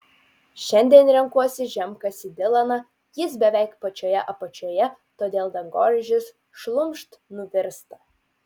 šiandien renkuosi žemkasį dilaną jis beveik pačioje apačioje todėl dangoraižis šlumšt nuvirsta